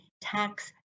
tax